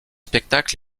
spectacle